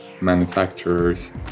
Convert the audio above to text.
manufacturers